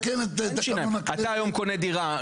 אתה היום קונה דירה,